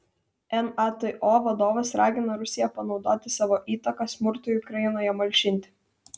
nato vadovas ragina rusiją panaudoti savo įtaką smurtui ukrainoje malšinti